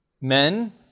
men